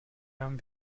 dám